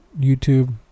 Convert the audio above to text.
youtube